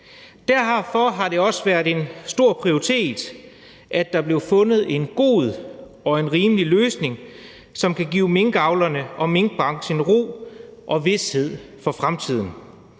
Derfor har det også fået høj prioritet, at der blev fundet en god og rimelig løsning, som kan give minkavlerne og minkbranchen ro og vished for fremtiden.